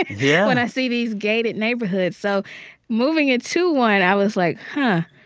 yeah. when i see these gated neighborhoods. so moving into one, i was like, huh.